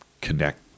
connect